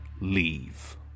leave